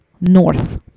north